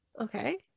Okay